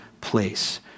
place